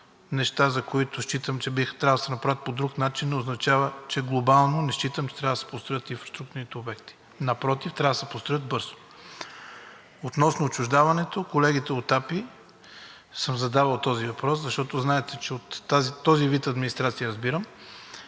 неща, за които считам, че трябва да се направят по друг начин, не означава, че глобално не считам, че не трябва да се построят инфраструктурните обекти. Напротив, трябва да се построят бързо. Относно отчуждаването, на колегите от АПИ съм задавал този въпрос. Знаете, че разбирам от този вид администрация, и имам